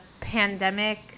pandemic